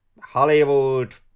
Hollywood